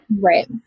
right